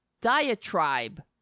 diatribe